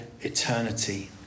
eternity